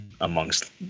amongst